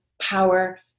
power